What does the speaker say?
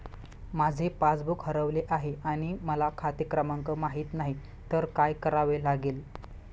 माझे पासबूक हरवले आहे आणि मला खाते क्रमांक माहित नाही तर काय करावे लागेल?